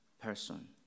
person